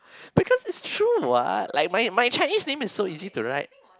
because is true like my my Chinese name is so easy to write